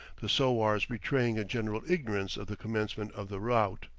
the sowars betraying a general ignorance of the commencement of the route.